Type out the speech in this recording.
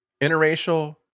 interracial